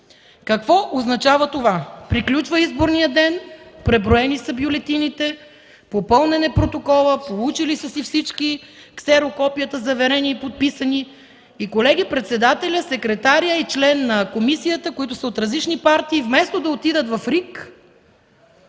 Какво означава това? Приключва изборният ден, преброени са бюлетините, попълнен е протоколът, получили са си всички ксерокопията, заверени и подписани, и, колеги, председателят, секретарят и член на комисията, които са от различни партии, вместо да отидат в РИК